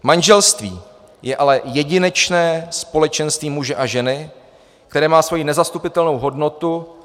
Manželství je ale jedinečné společenství muže a ženy, které má svoji nezastupitelnou hodnotu.